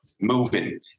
moving